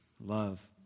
love